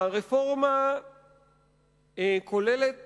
הרפורמה כוללת